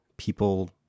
people